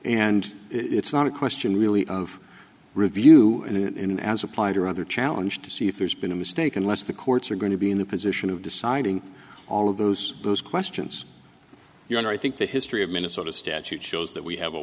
and it's not a question really of review it in as applied or other challenge to see if there's been a mistake unless the courts are going to be in the position of deciding all of those questions your honor i think the history of minnesota statute shows that we have a